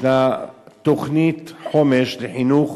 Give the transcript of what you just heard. ישנה תוכנית חומש לחינוך